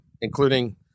including